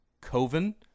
Coven